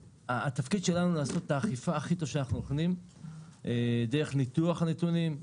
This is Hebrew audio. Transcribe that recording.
התפקיד שלנו לעשות את האכיפה הכי טוב שאנחנו יכולים דרך ניתוח הנתונים,